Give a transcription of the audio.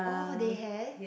oh they have